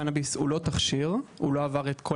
קנביס הוא לא תכשיר; הוא לא עבר את כל